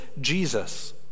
Jesus